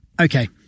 okay